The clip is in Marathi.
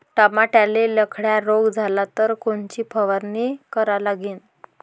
टमाट्याले लखड्या रोग झाला तर कोनची फवारणी करा लागीन?